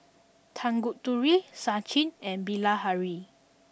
Tanguturi Sachin and Bilahari